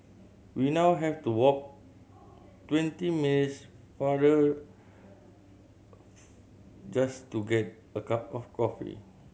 we now have to walk twenty minutes farther just to get a cup of coffee